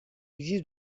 existe